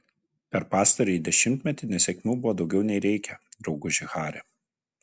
per pastarąjį dešimtmetį nesėkmių buvo daugiau nei reikia drauguži hari